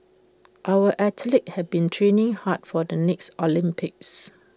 our athletes have been training hard for the next Olympics